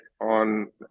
on